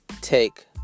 take